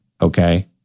Okay